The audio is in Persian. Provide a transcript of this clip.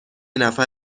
نفر